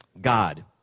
God